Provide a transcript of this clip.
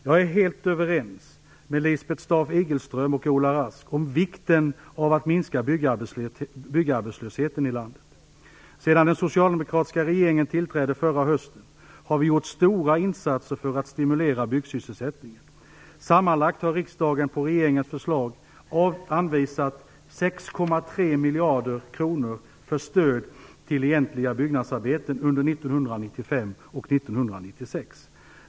Jag är helt överens med Lisbeth Staaf-Igelström och Ola Rask om vikten av att minska byggarbetslösheten i landet. Sedan den socialdemokratiska regeringen tillträdde förra hösten har vi gjort stora insatser för att stimulera byggsysselsättningen. Sammanlagt har riksdagen på regeringens förslag anvisat 6,3 miljarder kronor för stöd till egentliga byggnadsarbeten under 1995 och 1996.